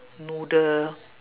noodle